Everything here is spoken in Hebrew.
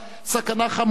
סכנה חמורה,